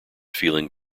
feeling